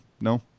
No